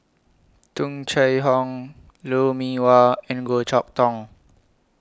Tung Chye Hong Lou Mee Wah and Goh Chok Tong